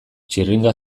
txirringa